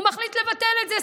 הוא מחליט לבטל את זה,